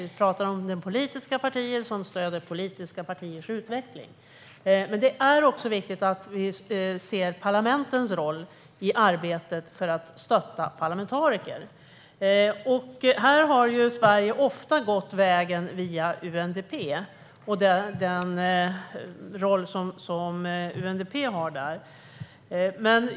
Vi pratar om politiska partier som stöder politiska partiers utveckling. Men det är viktigt att vi också ser parlamentens roll i arbetet för att stötta parlamentariker. Här har Sverige ofta gått vägen via UNDP med den roll som UNDP har där.